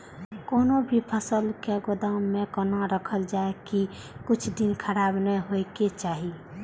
कोनो भी फसल के गोदाम में कोना राखल जाय की कुछ दिन खराब ने होय के चाही?